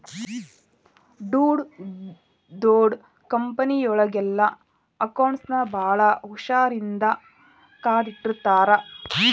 ಡೊಡ್ ದೊಡ್ ಕಂಪನಿಯೊಳಗೆಲ್ಲಾ ಅಕೌಂಟ್ಸ್ ನ ಭಾಳ್ ಹುಶಾರಿನ್ದಾ ಕಾದಿಟ್ಟಿರ್ತಾರ